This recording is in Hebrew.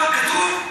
גם כתוב.